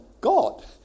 God